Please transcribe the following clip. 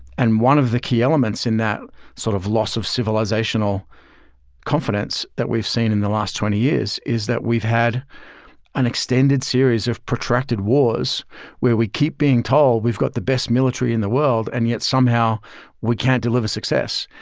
and one of the key elements in that sort of loss of civilizational confidence that we've seen in the last twenty years is that we've had an extended series of protracted wars where we keep being told we've got the best military in the world, and yet somehow we can't deliver success.